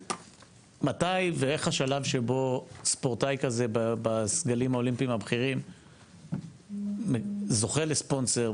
מתי ואיך השלב שבו ספורטאי כזה בסגלים האולימפיים הבכירים זוכה לספונסר,